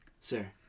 sir